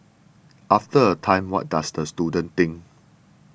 after a time what does the student think